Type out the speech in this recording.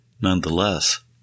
Nonetheless